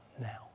now